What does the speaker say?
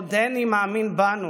עודני מאמין בנו.